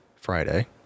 Friday